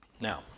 Now